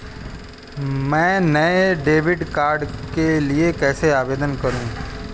मैं नए debit card के लिए कैसे आवेदन करूं?